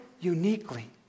uniquely